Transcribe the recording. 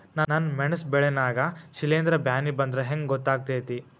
ನನ್ ಮೆಣಸ್ ಬೆಳಿ ನಾಗ ಶಿಲೇಂಧ್ರ ಬ್ಯಾನಿ ಬಂದ್ರ ಹೆಂಗ್ ಗೋತಾಗ್ತೆತಿ?